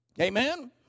Amen